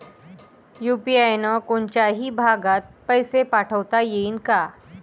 UPI न कोनच्याही भागात पैसे पाठवता येईन का?